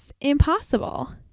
impossible